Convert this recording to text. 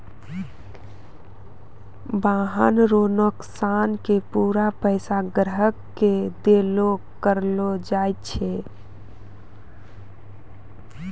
वाहन रो नोकसान के पूरा पैसा ग्राहक के देलो करलो जाय छै